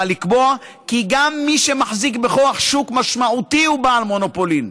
לקבוע כי גם מי שמחזיק בכוח שוק משמעותי הוא בעל מונופולין.